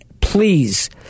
please